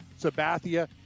Sabathia